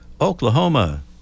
Oklahoma